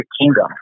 Kingdom